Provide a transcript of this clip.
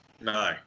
No